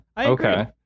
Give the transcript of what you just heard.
Okay